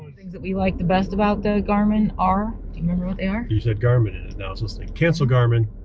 things we liked the best about the garmin are? do you remember what they are? you said garmin and now it's listening. cancel, garmin.